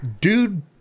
dude